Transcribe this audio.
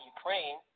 Ukraine